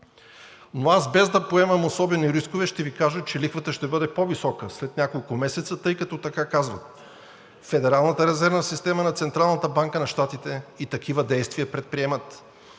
0,75. Без да поемам особени рискове, ще Ви кажа, че лихвата ще бъде по-висока след няколко месеца, тъй като така казват федералната резервна система на Централната банка на Щатите и такива действия предприемат.